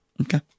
Okay